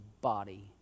body